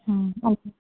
okay